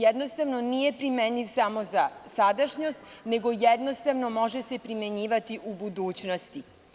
Jednostavno, nije primenjiv samo za sadašnjost, nego se jednostavno može primenjivati i u budućnosti.